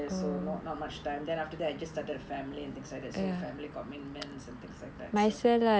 so not not much time then after that I just started family and things like that so family committments and things like that